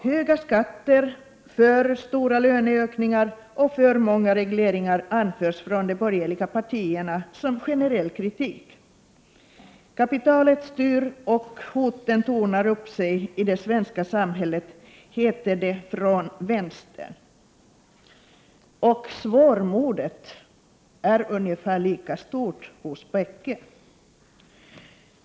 Höga skatter, för stora löneökningar och för många regleringar anförs från de borgerliga partierna som generell kritik. Kapitalet styr och hoten tornar upp sig i det svenska samhället, heter det från vänstern. Svårmodet är ungefär lika stort hos båda sidor.